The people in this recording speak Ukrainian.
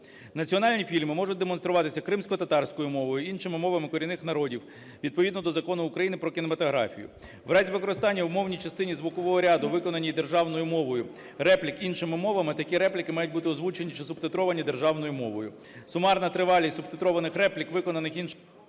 Національні фільми можуть демонструватися кримськотатарською мовою, іншими мовами корінних народів відповідно до Закону України "Про кінематографію". В разі використання у мовній частині звукового ряду, виконаній державною мовою реплік іншими мовами, такі репліки мають бути озвучені чи субтитровані державною мовою. Сумарна тривалість субтитрованих реплік виконаних…" ГОЛОВУЮЧИЙ.